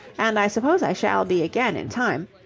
and i suppose i shall be again in time.